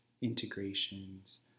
integrations